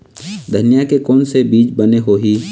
धनिया के कोन से बीज बने होही?